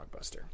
blockbuster